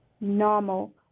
normal